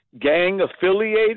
gang-affiliated